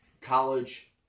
college